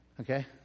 Okay